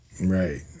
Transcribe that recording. Right